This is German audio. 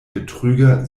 betrüger